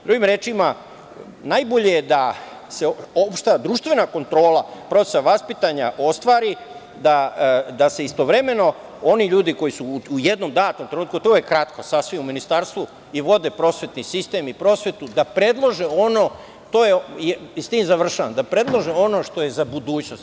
Drugim rečima, najbolje je da se opšta društvena kontrola procesa vaspitanja ostvari, a da se istovremeno oni ljudi koji su u jednom datom trenutku, a to je kratko, sasvim u Ministarstvu i vode prosvetni sistem i prosvetu, da predlože ono, i s tim završavam, što je za budućnost.